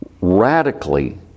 radically